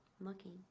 Looking